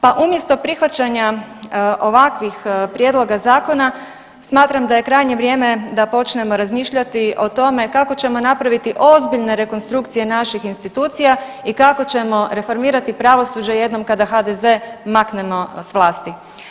Pa umjesto prihvaćanja ovakvih prijedloga zakona smatram da je krajnje vrijeme da počnemo razmišljati o tome kako ćemo napraviti ozbiljne rekonstrukcije naših institucija i kako ćemo reformirati pravosuđe jednom kada HDZ maknemo s vlasti.